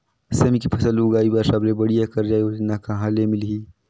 सेमी के फसल उगाई बार सबले बढ़िया कर्जा योजना कहा ले मिलही?